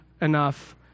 enough